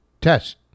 test